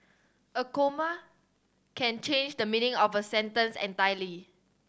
a comma can change the meaning of a sentence entirely